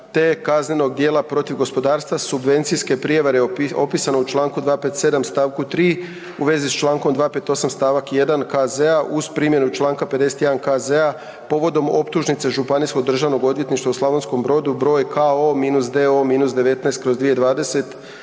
te kaznenog djela protiv gospodarstva subvencijske prijevare opisane u čl. 257. st. 3 u vezi s čl. 258. st. 1. KZ-a uz primjenu čl. 51. KZ-a povodom optužnice Županijskog državnog odvjetništva u Slavonskom Brodu br. Ko-Doo-19/2020-1 od 10.